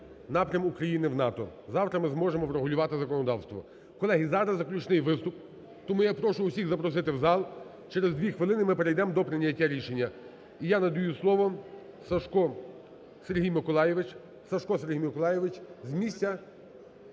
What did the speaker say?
напрям України в НАТО. Завтра ми зможемо врегулювати законодавство. Колеги, зараз заключний виступ, тому я прошу усіх запросити в зал. Через дві хвилини ми перейдем до прийняття рішення. І я надаю слово Сажко Сергій Миколайович. Сажко